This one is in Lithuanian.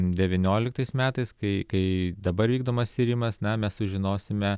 devynioliktais metais kai kai dabar vykdomas tyrimas na mes sužinosime